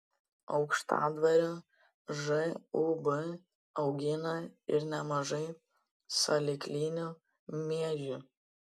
aukštadvario žūb augina ir nemažai salyklinių miežių